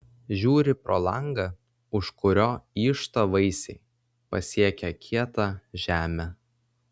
žiūri pro langą už kurio yžta vaisiai pasiekę kietą žemę